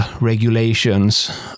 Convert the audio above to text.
regulations